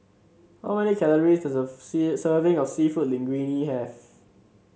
how many calories does a serving of seafood Linguine have